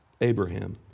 Abraham